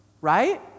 right